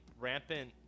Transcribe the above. rampant